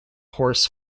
horse